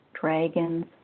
dragons